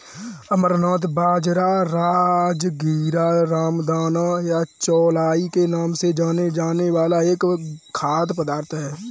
अमरनाथ बाजरा, राजगीरा, रामदाना या चौलाई के नाम से जाना जाने वाला एक खाद्य पदार्थ है